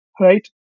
Right